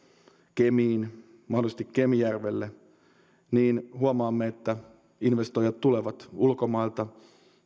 kemiin mahdollisesti kemijärvelle niin huomaamme että investoijat tulevat ulkomailta